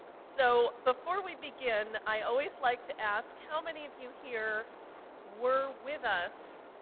so, before we begin, i always like to ask, how many of you here were with us,